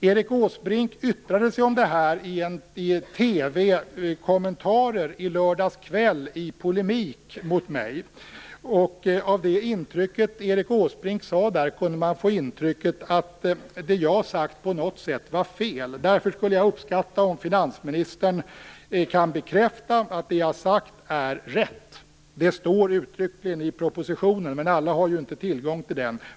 Erik Åsbrink yttrade sig om det här i en TV-kommentar i lördags kväll - i polemik mot mig - och gav då intrycket att det jag hade sagt på något sätt var fel. Därför skulle jag uppskatta om finansministern kan bekräfta att det jag har sagt är rätt. Det står uttryckligen i propositionen, men alla har ju inte tillgång till den.